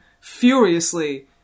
furiously